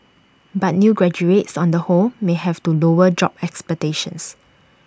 but new graduates on the whole may have to lower job expectations